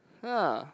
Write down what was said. ha